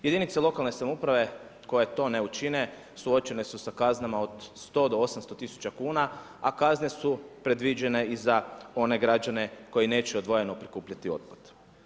Jedinice lokalne samouprave koje to ne učine suočene su sa kaznama od 100 do 800 000 kuna, a kazne su predviđene i za one građane koji neće odvojeno prikupljati otpad.